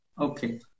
Okay